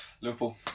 Liverpool